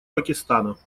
пакистана